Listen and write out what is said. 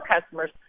customers